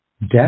death